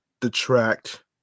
detract